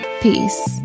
Peace